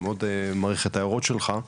מאוד מעריך את ההערות שלך,